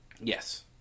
Yes